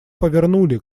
повернули